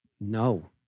no